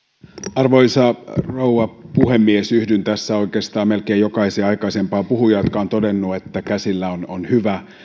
arvoisa rouva puhemies yhdyn tässä oikeastaan melkein jokaiseen aikaisempaan puhujaan jotka ovat todenneet että käsillä on on hyvä